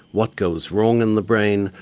what goes wrong in the brain,